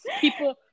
people